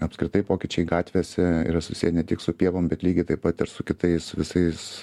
apskritai pokyčiai gatvėse yra susiję ne tik su pievom bet lygiai taip pat ir su kitais visais